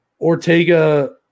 Ortega